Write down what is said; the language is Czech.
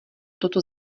toto